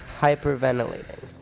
hyperventilating